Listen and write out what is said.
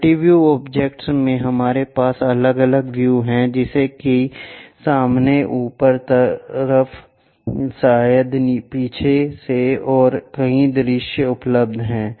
multi view objects में हमारे पास अलग अलग व्यू हैं जैसे कि सामने ऊपर तरफ शायद पीछे से और कई दृश्य उपलब्ध हैं